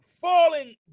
falling